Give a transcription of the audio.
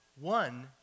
One